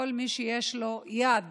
לכל מי שיש לו יד